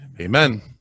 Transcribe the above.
Amen